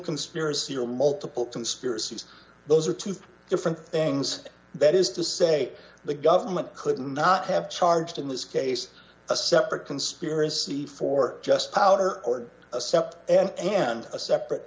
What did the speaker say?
conspiracy or multiple conspiracies those are two different things that is to say the government could not have charged in this case a separate conspiracy for just powder or a step and hand a separate